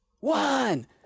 one